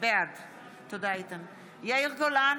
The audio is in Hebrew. בעד יאיר גולן,